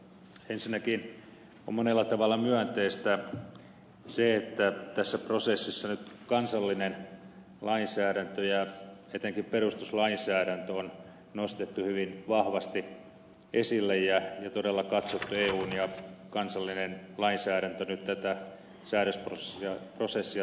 ensinnäkin on monella tavalla myönteistä se että tässä prosessissa nyt kansallinen lainsäädäntö ja etenkin perustuslainsäädäntö on nostettu hyvin vahvasti esille ja todella katsottu lävitse eun lainsäädäntö ja kansallinen lainsäädäntö tätä säädösprosessia tehtäessä